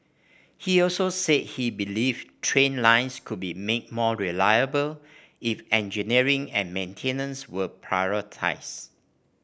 he also said he believed train lines could be made more reliable if engineering and maintenance were prioritised